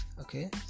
okay